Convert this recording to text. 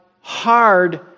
hard